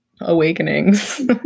awakenings